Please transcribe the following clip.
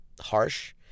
harsh